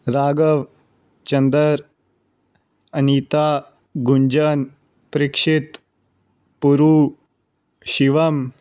Raghav Chandra Anita Gunjan Parikshit Puru Shivam